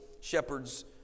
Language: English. shepherds